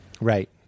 Right